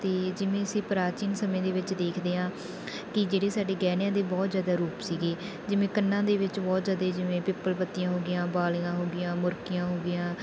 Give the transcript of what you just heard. ਅਤੇ ਜਿਵੇਂ ਅਸੀਂ ਪ੍ਰਾਚੀਨ ਸਮੇਂ ਦੇ ਵਿੱਚ ਦੇਖਦੇ ਹਾਂ ਕਿ ਜਿਹੜੇ ਸਾਡੇ ਗਹਿਣਿਆਂ ਦੇ ਬਹੁਤ ਜ਼ਿਆਦਾ ਰੂਪ ਸੀਗੇ ਜਿਵੇਂ ਕੰਨਾਂ ਦੇ ਵਿੱਚ ਬਹੁਤ ਜ਼ਿਆਦੇ ਜਿਵੇਂ ਪਿੱਪਲ ਪੱਤੀਆਂ ਹੋ ਗਈਆਂ ਵਾਲੀਆਂ ਹੋ ਗਈਆਂ ਮੁਰਕੀਆਂ ਹੋ ਗਈਆਂ